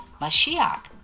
Mashiach